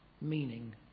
meaning